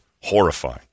horrifying